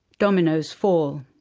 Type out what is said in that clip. dominoes fall.